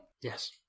Yes